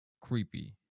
creepy